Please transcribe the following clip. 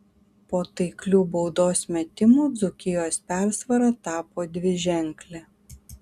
po taiklių baudos metimų dzūkijos persvara tapo dviženklė